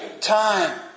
time